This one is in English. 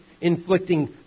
inflicting